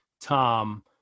Tom